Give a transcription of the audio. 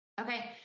Okay